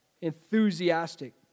Enthusiastic